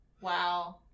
Wow